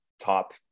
top